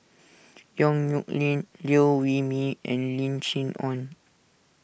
Yong Nyuk Lin Liew Wee Mee and Lim Chee Onn